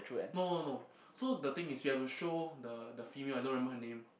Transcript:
no no no so the thing is he have to show the the female I don't remember her name